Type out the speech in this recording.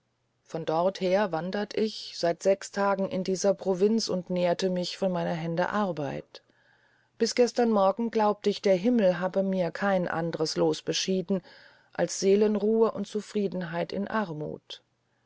von dorther wandert ich seit sechs tagen in dieser provinz und nährte mich von meiner hände arbeit bis gestern morgen glaubt ich der himmel habe mir kein andres loos beschieden als seelenruhe und zufriedenheit in armuth